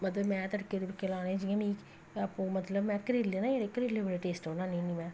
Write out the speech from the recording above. मतलब कि में तड़के तुड़के लाने जि'यां कि में आपूं मतलब में करेले न करेले बड़े टेस्टी बनान्नी होन्नी